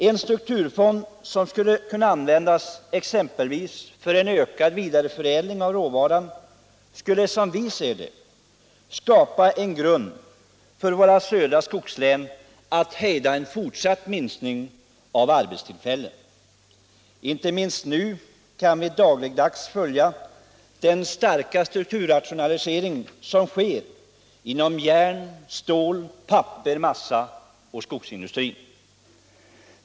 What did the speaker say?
En strukturfond, som skulle kunna användas exempelvis för en ökad vidareförädling av råvaran, skulle, som vi ser det, skapa en möjlighet för våra södra skogslän att hejda en fortsatt minskning av antalet arbetstillfällen. Inte minst nu kan vi dagligdags följa den starka strukturrationalisering som sker inom järn-, stål-, pappers-, massa och skogsindustrin.